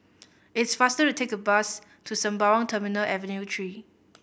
it's faster to take the bus to Sembawang Terminal Avenue Three